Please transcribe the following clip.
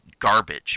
garbage